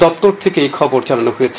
দপ্তর থেকে এখবর জানানো হয়েছে